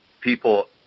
people